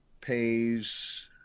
pays